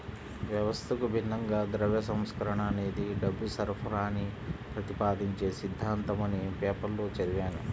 వ్యవస్థకు భిన్నంగా ద్రవ్య సంస్కరణ అనేది డబ్బు సరఫరాని ప్రతిపాదించే సిద్ధాంతమని పేపర్లో చదివాను